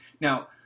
Now